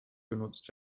genutzt